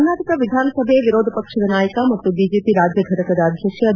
ಕರ್ನಾಟಕ ವಿಧಾನಸಭೆ ವಿರೋಧ ಪಕ್ಷದ ನಾಯಕ ಮತ್ತು ಬಿಜೆಪಿ ರಾಜ್ಯ ಘಟಕದ ಅಧ್ಯಕ್ಷ ಬಿ